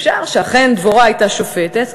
אפשר שאכן דבורה הייתה שופטת,